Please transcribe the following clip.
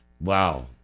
Wow